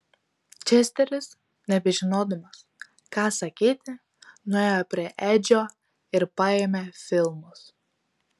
česteris nebežinodamas ką sakyti nuėjo prie edžio ir paėmė filmus